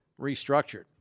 restructured